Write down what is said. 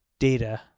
data